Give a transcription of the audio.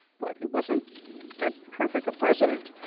but, he wasn't that terrific a president.